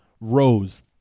rose